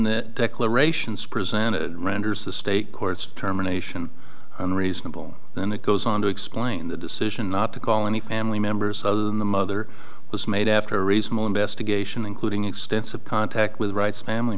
the declaration sprees and renders the state courts terminations unreasonable then it goes on to explain the decision not to call any family members other than the mother was made after reasonable investigation including extensive contact with rights family